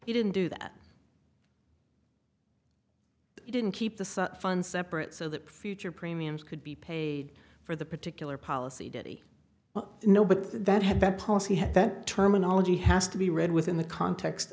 he didn't do that didn't keep the such fun separate so that future premiums could be paid for the particular policy diddy no but that had that policy had that terminology has to be read within the context